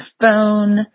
phone